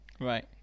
Right